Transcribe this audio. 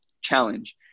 challenge